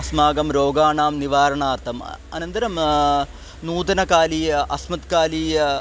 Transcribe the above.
अस्माकं रोगाणां निवारणार्थम् अनन्तरं नूतनकालीयम् अस्मत्कालीयं